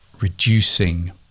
reducing